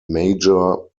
major